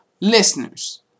listeners